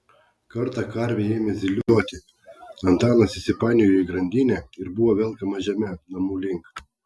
kartą karvė ėmė zylioti antanas įsipainiojo į grandinę ir buvo velkamas žeme namų link